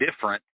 Different